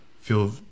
feel